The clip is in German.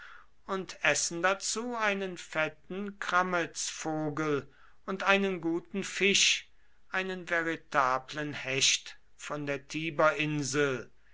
und essen dazu einen fetten krammetsvogel und einen guten fisch einen veritablen hecht von der